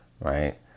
right